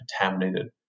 contaminated